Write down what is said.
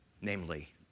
namely